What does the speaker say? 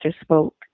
spoke